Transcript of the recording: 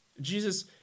Jesus